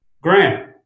Grant